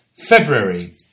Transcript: February